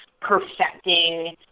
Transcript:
perfecting